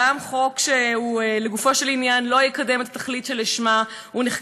גם חוק שלגופו של עניין לא יקדם את התכלית שלשמה הוא נחקק.